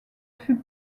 fut